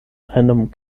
einem